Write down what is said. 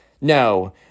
no